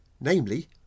namely